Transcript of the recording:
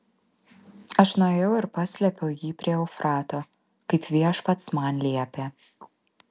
aš nuėjau ir paslėpiau jį prie eufrato kaip viešpats man liepė